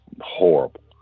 horrible